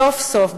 סוף-סוף,